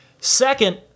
Second